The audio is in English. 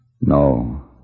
No